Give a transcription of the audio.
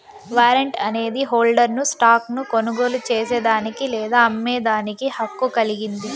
warrant అనేది హోల్డర్ను stock ను కొనుగోలు చేసేదానికి లేదా అమ్మేదానికి హక్కు కలిగింది